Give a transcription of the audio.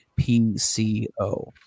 PCO